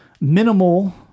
minimal